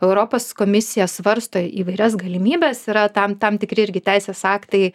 europos komisija svarsto įvairias galimybes yra tam tam tikri irgi teisės aktai